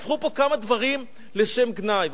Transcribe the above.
הפכו פה כמה דברים לשם גנאי.